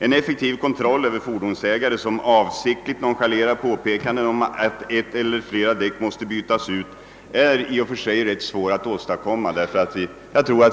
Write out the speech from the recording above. En effektiv kontroll över fordonsägare, som avsiktligt nonchalerar påpekanden om att ett eller flera däck måste bytas ut, är det i och för sig rätt svårt att åstadkomma.